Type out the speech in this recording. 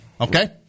Okay